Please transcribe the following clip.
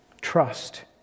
trust